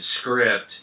script